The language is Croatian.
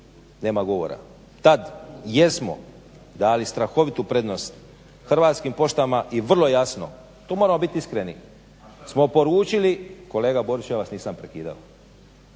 nema govora. Tad jesmo dali strahovitu prednost Hrvatskim poštama i vrlo jasno, tu moramo biti iskreni smo poručili, kolega Boriću ja vas nisam prekidao,